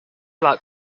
about